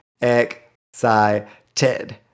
excited